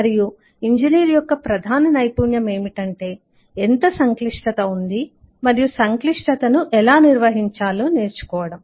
మరియు ఇంజనీర్ యొక్క ప్రధాన నైపుణ్యం ఏమిటంటే ఎంత సంక్లిష్టత ఉంది మరియు సంక్లిష్టతను ఎలా నిర్వహించాలో నేర్చుకోవడం